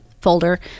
folder